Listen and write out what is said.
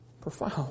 profound